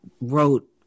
wrote